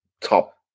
top